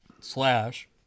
slash